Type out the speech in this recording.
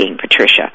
Patricia